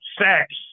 sex